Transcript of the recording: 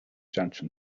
junction